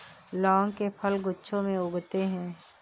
लौंग के फल गुच्छों में उगते हैं